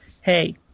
hey